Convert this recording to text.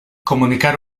comunicar